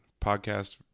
podcast